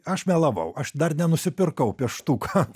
aš melavau aš dar nenusipirkau pieštuko